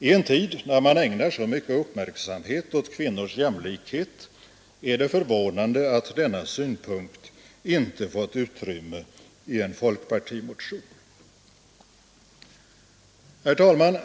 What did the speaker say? I en tid då man ägnar så mycken uppmärksamhet åt kvinnors jämlikhet är det förvånande att denna synpunkt inte fått utrymme i en folkpartimotion. Herr talman!